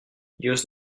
use